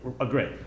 agree